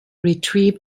retrieve